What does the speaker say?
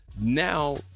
now